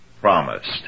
promised